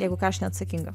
jeigu ką aš neatsakinga